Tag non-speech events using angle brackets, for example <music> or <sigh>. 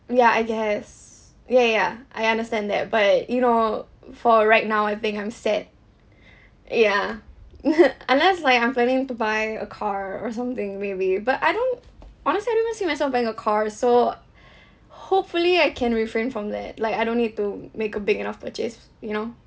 yeah I guess ya ya ya I understand that but you know for right now I think I'm sad <breath> ya <laughs> unless like I'm planning to buy a car or something really but I don't honestly I don't even see myself buying a car so <breath> hopefully I can refrain from that like I don't need to make a big enough purchase you know